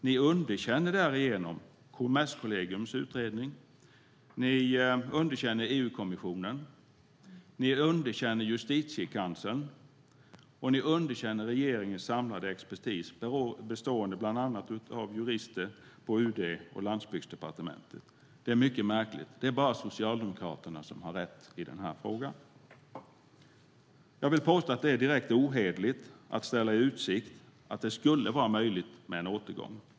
Man underkänner därigenom Kommerskollegiums utredning, EU-kommissionen, Justitiekanslern och regeringens samlade expertis bestående av bland annat jurister på UD och Landsbygdsdepartementet. Det är mycket märkligt. Det är bara Socialdemokraterna som har rätt i den här frågan. Jag vill påstå att det är direkt ohederligt att ställa i utsikt att det skulle vara möjligt med en återgång.